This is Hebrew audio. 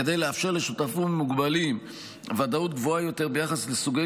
כדי לאפשר לשותפים מוגבלים ודאות גבוהה יותר ביחס לסוגי